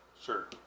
sure